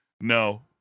No